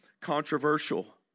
controversial